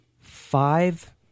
five